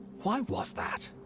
why was that?